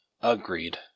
Agreed